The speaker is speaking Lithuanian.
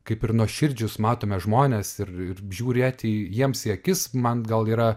kaip ir nuoširdžius matome žmones ir ir žiūrėti jiems į akis man gal yra